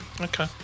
Okay